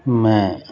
ਮੈਂ